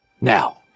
Now